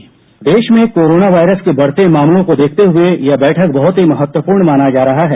bite देश में corona virus के बढ़ते मामलों को देखते हुए यह बैठक बहुत ही महत्वपूर्ण माना जा रहा है